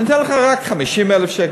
אני אתן לך רק 50,000 שקל,